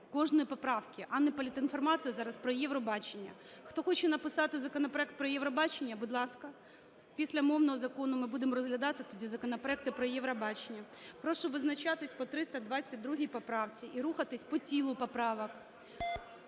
кожної поправки, а не політінформація зараз про Євробачення. Хто хоче написати законопроект про Євробачення - будь ласка, після мовного закону ми будемо розглядати тоді законопроекти про Євробачення. Прошу визначатись по 322 поправці і рухатись по тілу поправок.